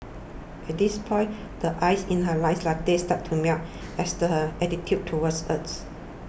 at this point the ice in her iced latte starts to melt as does her attitude towards us